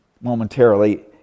momentarily